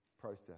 process